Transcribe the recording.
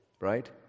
right